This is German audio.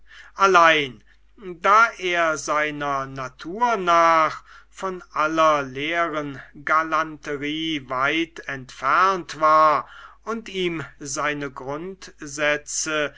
allein da er seiner natur nach von aller leeren galanterie weit entfernt war und ihm seine grundsätze